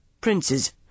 Princes